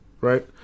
right